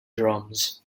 drums